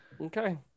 okay